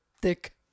Thick